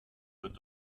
wird